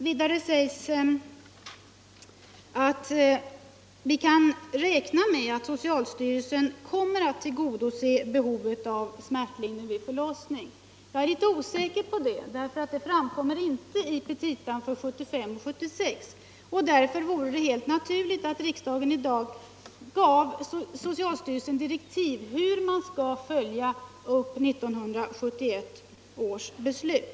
Vidare sägs att vi kan räkna med att socialstyrelsen kommer att tillgodose behovet av smärtlindring vid förlossning. Jag är litet osäker på det för det framgår inte av socialstyrelsens petita för 1975/76. Därför vore det helt naturligt att riksdagen i dag gav socialstyrelsen direktiv hur man skall följa upp 1971 års beslut.